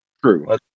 true